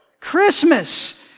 Christmas